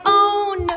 own